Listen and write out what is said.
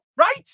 right